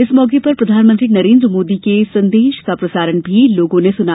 इस मौके पर प्रधानमंत्री नरेन्द्र मोदी के संदेश का प्रसारण भी लोगों ने सुना